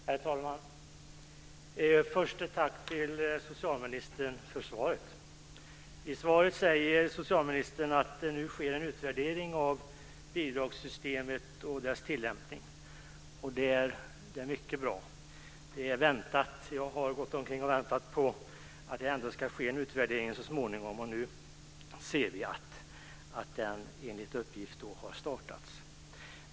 Herr talman! Först ett tack till socialministern för svaret. I svaret säger socialministern att det nu sker en utvärdering av bidragssystemet och dess tillämpning. Det är mycket bra. Det är väntat. Jag har väntat på att det ska ske en utvärdering så småningom, och nu har den enligt uppgift startats.